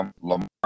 Lamar